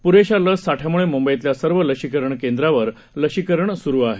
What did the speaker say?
प्रेशा लस साठ्यामुळे मुंबईतल्या सर्व लशीकरण केंद्रांवर लशीकरण सुरळीत सुरू आहे